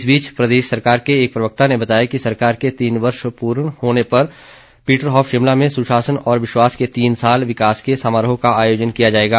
इस बीच प्रदेश सरकार के एक प्रवक्ता ने बताया कि प्रदेश सरकार के तीन वर्ष पूर्ण होने के अवसर पर पीटरहॉफ शिमला में सुशासन और विश्वास के तीन साल विकास के समारोह का आयोजन किया जाएगा